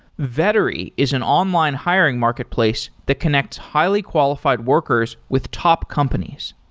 vettery is an online hiring marketplace to connect highly-qualified workers with top companies.